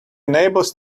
enables